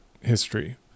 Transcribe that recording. history